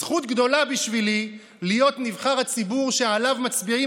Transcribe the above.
זכות גדולה בשבילי להיות נבחר הציבור שעליו מצביעים